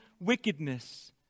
wickedness